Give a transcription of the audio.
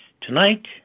Tonight